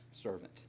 servant